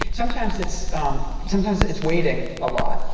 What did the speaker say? sometimes it's um sometimes it's waiting a lot,